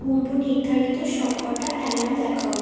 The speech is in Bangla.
পূর্ব নির্ধারিত সব কটা অ্যালার্ম দেখাও